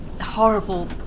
horrible